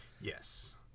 yes